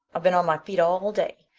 i've been on my feet all day,